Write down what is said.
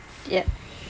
yup